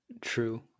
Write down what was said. True